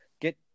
get